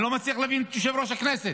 אני לא מצליח להבין את יושב-ראש הכנסת.